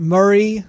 Murray